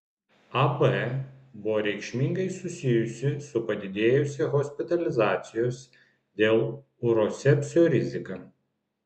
ab buvo reikšmingai susijusi su padidėjusia hospitalizacijos dėl urosepsio rizika